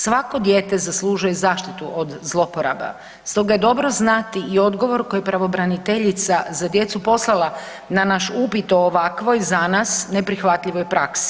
Svako dijete zaslužuje zaštitu od zlouporaba, stoga je dobro znati i odgovor koji pravobraniteljica za djecu poslala na naš upit o ovakvoj, za nas, neprihvatljivoj praksi.